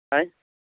ᱦᱳᱭ